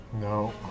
No